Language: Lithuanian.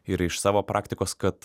ir iš savo praktikos kad